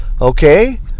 okay